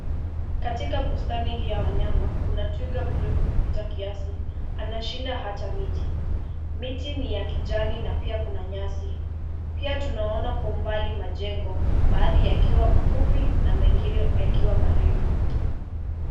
Katika bustani hii ya wanyama, kuna twiga mrefu kupita kiasi, anashinda hata miti. Miti ni ya kijani na pia kuna nyasi. Pia tunaona kwa umbali majengo baadhi yakiwa mafupi na mengine ni marefu.